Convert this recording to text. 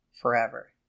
forever